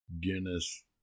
Guinness